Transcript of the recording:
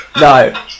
no